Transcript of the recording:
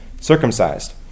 circumcised